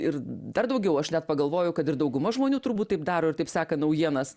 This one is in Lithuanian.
ir dar daugiau aš net pagalvoju kad ir dauguma žmonių turbūt taip daro ir taip seka naujienas